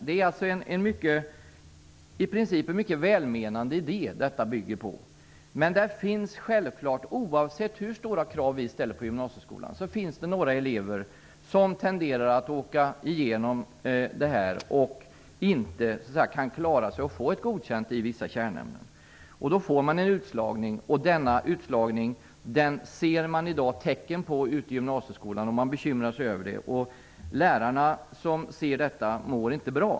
Detta bygger på en i princip mycket välmenande idé. Men oavsett hur stora krav vi ställer på gymnasieskolan finns det några elever som tenderar att falla igenom och som inte kan få godkänt i vissa kärnämnen. Då får man en utslagning. Det syns tecken på en sådan utslagning ute i gymnasieskolan, och man är bekymrad över det. Lärarna som ser detta mår inte bra.